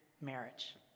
marriage